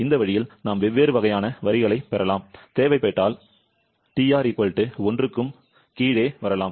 இந்த வழியில் நாம் வெவ்வேறு வகையான வரிகளைப் பெறலாம் தேவைப்பட்டால் TR 1 க்கும் கீழே வரலாம்